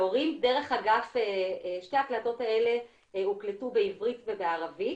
שתי ההקלטות האלה הוקלטו בעברית ובערבית,